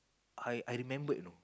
I I remembered you know